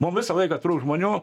mum visą laiką trūks žmonių